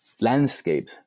landscape